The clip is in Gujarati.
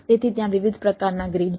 તેથી ત્યાં વિવિધ પ્રકારના ગ્રીડ છે